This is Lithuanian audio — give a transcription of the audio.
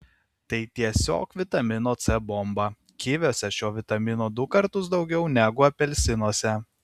tai tiesiog vitamino c bomba kiviuose šio vitamino du kartus daugiau negu apelsinuose